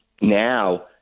now